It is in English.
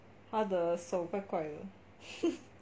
他的手怪怪的